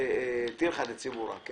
אני